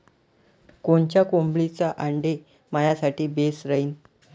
कोनच्या कोंबडीचं आंडे मायासाठी बेस राहीन?